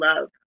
love